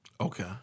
Okay